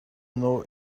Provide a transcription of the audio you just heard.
know